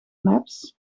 maps